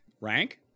Rank